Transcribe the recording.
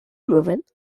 movement